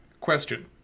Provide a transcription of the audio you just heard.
Question